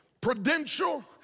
Prudential